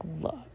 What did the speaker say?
look